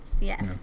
Yes